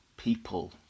People